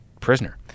prisoner